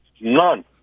None